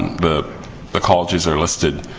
the the colleges are listed